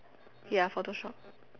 ya Photoshop